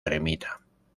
ermita